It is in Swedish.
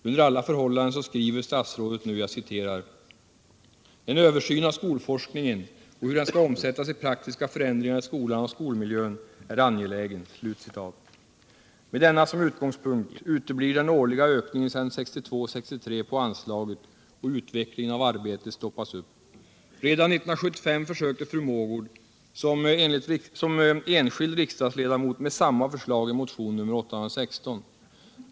Under alla förhållanden skriver statsrådet nu: förändringar i skolan och skolmiljön är angelägen.” Med detta som utgångspunkt uteblir den sedan budgetåret 1962/63 årliga ökningen av anslaget, och utvecklingen av arbetet stoppas upp. Redan 1975 försökte fru Mogård få igenom samma förslag som enskild riksdagsledamot i motion nr 816.